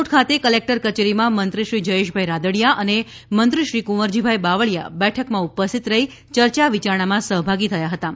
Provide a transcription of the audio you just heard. રાજકોટ ખાતે કલેક્ટર કચેરીમાં મંત્રીશ્રી જયેશભાઇ રાદડીયા અને મંત્રીશ્રી કુંવરજીભાઇ બાવળીયા બેઠકમાં ઉપસ્થિત રહી યર્યા વિચારણામાં સહભાગી થયા હતાં